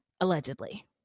allegedly